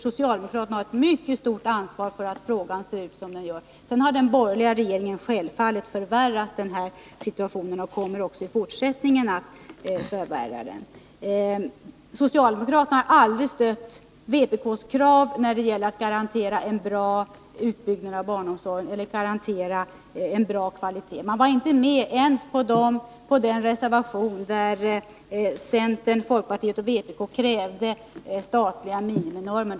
Socialdemokraterna har ett mycket stort ansvar för att situationen ser ut som den gör. Men den borgerliga regeringen har självfallet förvärrat situationen och kommer också i fortsättningen att göra det. Socialdemokraterna har aldrig stött vpk:s krav när det gällt att garantera utbyggnaden av eller en bra kvalitet på barnomsorgen. Socialdemokraterna stödde inte ens den reservation i vilken centern, folkpartiet och vpk krävde statliga miniminormer.